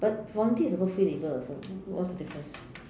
but volunteer is also free labour also so what's the difference